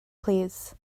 plîs